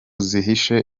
zihishe